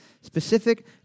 specific